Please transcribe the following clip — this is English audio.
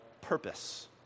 purpose